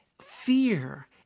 fear